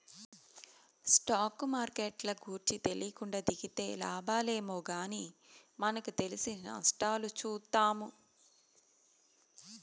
stock మార్కెట్ల గూర్చి తెలీకుండా దిగితే లాబాలేమో గానీ మనకు తెలిసి నష్టాలు చూత్తాము